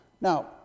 Now